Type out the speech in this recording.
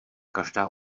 každá